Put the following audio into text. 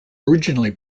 originally